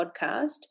podcast